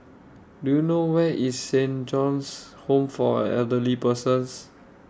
Do YOU know Where IS Saint John's Home For Elderly Persons